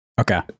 Okay